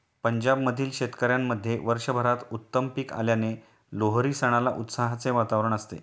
पंजाब मधील शेतकऱ्यांमध्ये वर्षभरात उत्तम पीक आल्याने लोहरी सणाला उत्साहाचे वातावरण असते